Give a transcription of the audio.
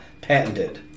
patented